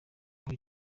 aho